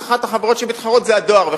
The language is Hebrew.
אחת החברות שמתחרות זה הדואר,